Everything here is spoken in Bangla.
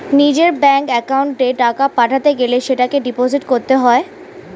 নিজের ব্যাঙ্ক অ্যাকাউন্টে টাকা পাঠাতে গেলে সেটাকে ডিপোজিট করতে হয়